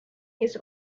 his